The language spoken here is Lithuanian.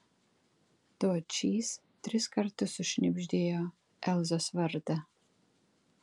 dočys tris kartus sušnibždėjo elzos vardą